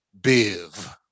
Biv